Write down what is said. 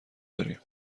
داریم